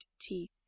teeth